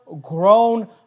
grown